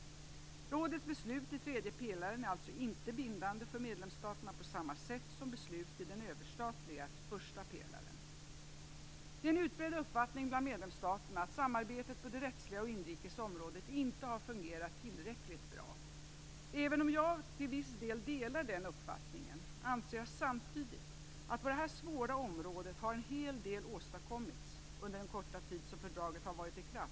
Rådets beslut i tredje pelaren är alltså inte bindande för medlemsstaterna på samma sätt som beslut i den överstatliga första pelaren. Det är en utbredd uppfattning bland medlemsstaterna att samarbetet på de rättsliga och inrikes områdena inte har fungerat tillräckligt bra. Även om jag till viss del delar den uppfattningen anser jag samtidigt att en hel del har åstadkommits på detta svåra område under den korta tid som fördraget har varit i kraft.